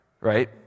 Right